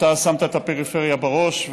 אתה שמת את הפריפריה בראש,